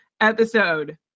episode